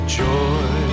joy